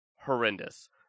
horrendous